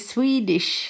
Swedish